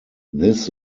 this